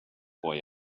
boy